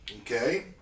Okay